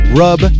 rub